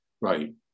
right